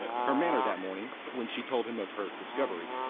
her manner that morning, when she told him of her discovery,